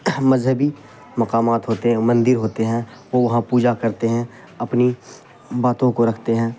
مذہبی مقامات ہوتے ہیں مندر ہوتے ہیں وہ وہاں پوجا کرتے ہیں اپنی باتوں کو رکھتے ہیں